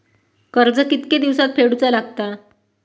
कर्ज कितके दिवसात फेडूचा लागता?